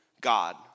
God